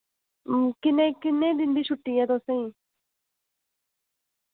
किन्ने किन्ने दिन दी छुट्टी ऐ तुसें